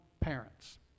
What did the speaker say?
parents